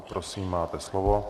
Prosím, máte slovo.